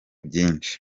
byinshi